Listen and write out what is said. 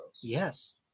Yes